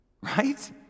right